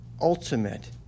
ultimate